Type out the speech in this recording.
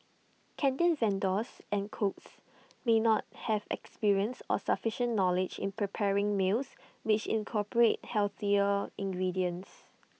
canteen vendors and cooks may not have experience or sufficient knowledge in preparing meals which incorporate healthier ingredients